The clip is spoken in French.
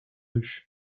rues